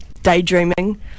Daydreaming